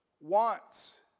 wants